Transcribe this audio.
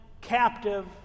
captive